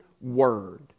word